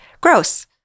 Gross